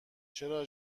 چرا